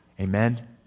Amen